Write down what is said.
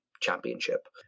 championship